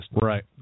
Right